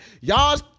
y'all